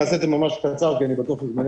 אני אעשה את זה ממש קצר, כי אני בטוח שזמננו,